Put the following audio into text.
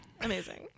Amazing